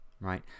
right